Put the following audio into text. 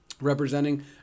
representing